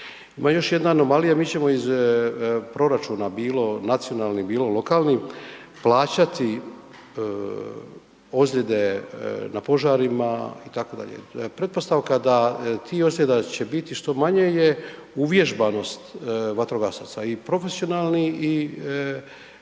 Ima još jedna anomalija, mi ćemo iz proračuna bilo nacionalnim, bilo lokalnim plaćati ozljede na požarima itd. Pretpostavka da ti ozljeda će biti što manje je uvježbanost vatrogasaca i profesionalnih i ovih